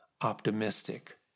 optimistic